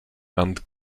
and